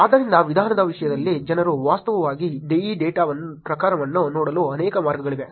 ಆದ್ದರಿಂದ ವಿಧಾನದ ವಿಷಯದಲ್ಲಿ ಜನರು ವಾಸ್ತವವಾಗಿ ಈ ಡೇಟಾ ಪ್ರಕಾರವನ್ನು ನೋಡಲು ಅನೇಕ ಮಾರ್ಗಗಳಿವೆ